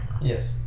Yes